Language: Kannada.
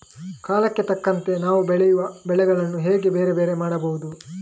ಕಾಲಕ್ಕೆ ತಕ್ಕಂತೆ ನಾವು ಬೆಳೆಯುವ ಬೆಳೆಗಳನ್ನು ಹೇಗೆ ಬೇರೆ ಬೇರೆ ಮಾಡಬಹುದು?